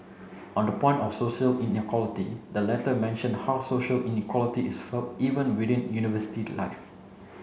on the point of social inequality the letter mentioned how social inequality is felt even within university life